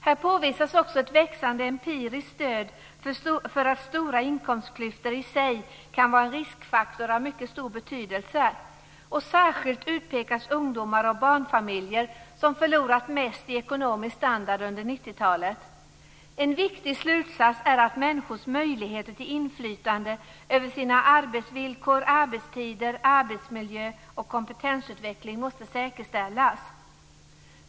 Här påvisas också ett växande empiriskt stöd för att stora inkomstklyftor i sig kan vara en riskfaktor av mycket stor betydelse. Särskilt utpekas ungdomar och barnfamiljer, som förlorat mest i ekonomisk standard under 90-talet. En viktig slutsats är att människors möjligheter till inflytande över sina arbetsvillkor, sina arbetstider, sin arbetsmiljö och sin kompetensutveckling måste säkerställas.